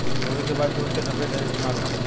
रुई के बाद जुट के सबसे ढेर इस्तेमाल होखेला